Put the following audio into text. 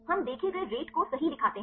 हम देखे गए रेट को सही दिखाते हैं